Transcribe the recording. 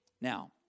Now